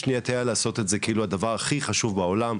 יש נטייה לעשות את זה כאילו הדבר הכי חשוב בעולם,